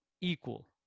equal